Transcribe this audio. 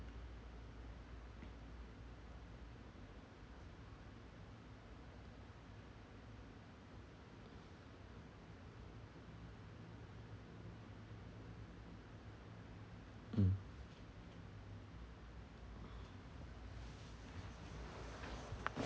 mm